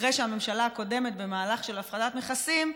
אחרי שהממשלה הקודמת, במהלך של הפחתת מכסים,